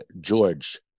George